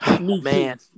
Man